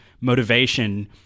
motivation